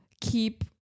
keep